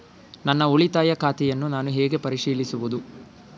ನನ್ನ ಉಳಿತಾಯ ಖಾತೆಯನ್ನು ನಾನು ಹೇಗೆ ಪರಿಶೀಲಿಸುವುದು?